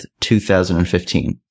2015